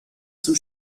zum